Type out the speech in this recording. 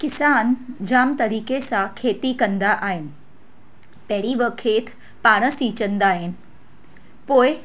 किसान जाम तरीक़े सां खेती कंदा आहिनि पहिरीं हू खेत पाणि सिचंदा आहिनि पोइ